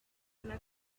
una